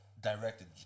directed